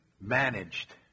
managed